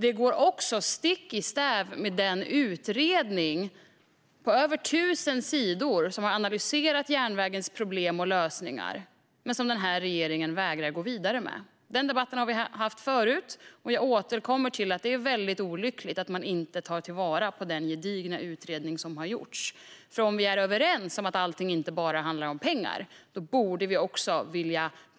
Det går också stick i stäv med den utredning som på över 1 000 sidor har analyserat järnvägens problem och lösningar men som regeringen vägrar att gå vidare med. Vi har haft denna debatt förut, och jag återkommer till att det är olyckligt att man inte tar till vara den gedigna utredning som har gjorts. Om vi är överens om att allt inte bara handlar om pengar borde vi också